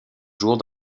jours